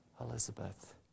Elizabeth